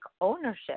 ownership